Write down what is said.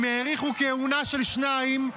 הם האריכו כהונה של שניים,